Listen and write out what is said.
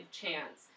chance